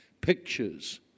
Pictures